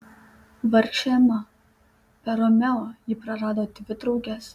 vargšė ema per romeo ji prarado dvi drauges